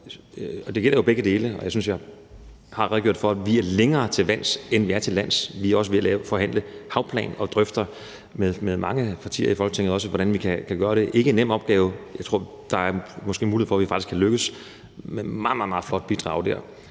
Det gælder begge dele, og jeg synes, jeg har redegjort for, at vi er længere til vands, end vi er til lands. Vi er også ved at forhandle havplan og drøfter med mange partier i Folketinget, hvordan vi kan gøre det. Det er ikke en nem opgave, men jeg tror, at der måske er mulighed for, at vi faktisk kan lykkes med et meget, meget flot bidrag dér.